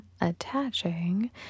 attaching